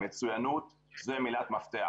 המצוינות היא מילת המפתח.